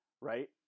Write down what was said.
right